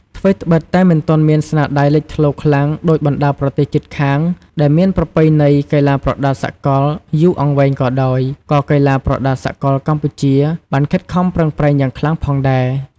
ថ្វីត្បិតតែមិនទាន់មានស្នាដៃលេចធ្លោខ្លាំងដូចបណ្តាប្រទេសជិតខាងដែលមានប្រពៃណីកីឡាប្រដាល់សកលយូរអង្វែងក៏ដោយ ក៏កីឡាករប្រដាល់សកលកម្ពុជាបានខិតខំប្រឹងប្រែងយ៉ាងខ្លាំងផងដែរ។